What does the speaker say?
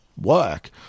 work